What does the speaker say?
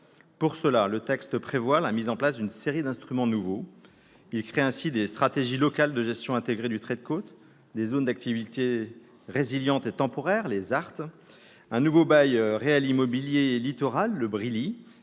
Pour cela, le texte prévoit la mise en place d'une série d'instruments nouveaux. Il crée ainsi des stratégies locales de gestion intégrée du trait de côte, des zones d'activité résiliente et temporaire, ou ZART, un nouveau bail réel immobilier littoral, ou BRILi,